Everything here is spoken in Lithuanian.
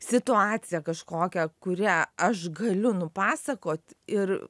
situaciją kažkokią kurią aš galiu nupasakot ir